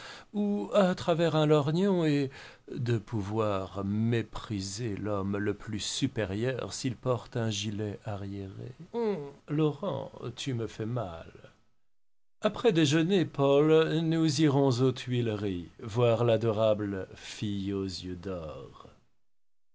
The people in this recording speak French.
ou à travers un lorgnon et de pouvoir mépriser l'homme le plus supérieur s'il porte un gilet arriéré laurent tu me fais mal après déjeuner paul nous irons aux tuileries voir l'adorable fille aux yeux d'or